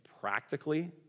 practically